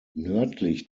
nördlich